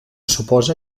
suposa